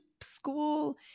school